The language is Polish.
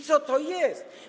Co to jest?